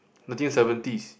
nineteen seventies